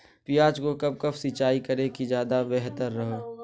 प्याज को कब कब सिंचाई करे कि ज्यादा व्यहतर हहो?